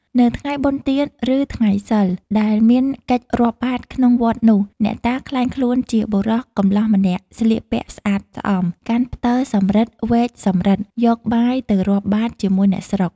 នៅថ្ងៃបុណ្យទាន ឬថ្ងៃសីល ដែលមានកិច្ចរាប់បាត្រក្នុងវត្តនោះ អ្នកតាក្លែងខ្លួនជាបុរសកំលោះម្នាក់ ស្លៀកពាក់ស្អាតស្អំ កាន់ផ្ដិលសំរឹទ្ធិវែកសំរឹទ្ធិ យកបាយទៅរាប់បាត្រជាមួយអ្នកស្រុក ។